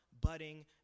budding